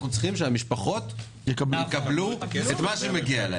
אנחנו צריכים שהמשפחות יקבלו את מה שמגיע להן.